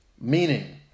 Meaning